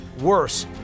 worse